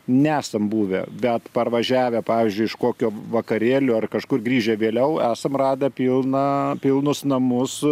nesam buvę bet parvažiavę pavyzdžiui iš kokio vakarėlio ar kažkur grįžę vėliau esam radę pilną pilnus namus